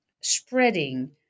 spreading